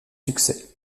succès